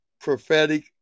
prophetic